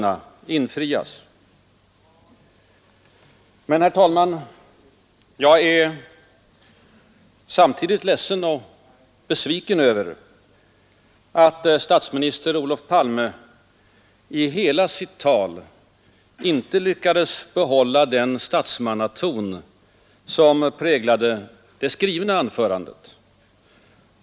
12 december 1972 Men, herr talman, jag är samtidigt ledsen och besviken över att ———— statsminister Olof Palme inte lyckades i hela sitt tal behålla den Avtal med EEC, statsmannaton som präglade det skrivna anförandet.